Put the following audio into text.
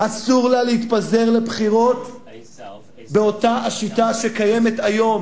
אסור לה להתפזר לבחירות באותה השיטה שקיימת היום.